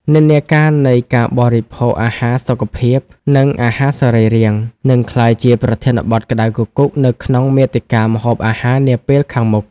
និន្នាការនៃការបរិភោគអាហារសុខភាព និងអាហារសរីរាង្គ នឹងក្លាយជាប្រធានបទក្តៅគគុកនៅក្នុងមាតិកាម្ហូបអាហារនាពេលខាងមុខ។